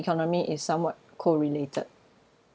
economy is somewhat correlated